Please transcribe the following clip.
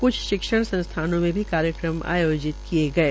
कुछ शिक्षण संस्थानों में भी कार्यक्रम आयोजित किये गये